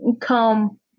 come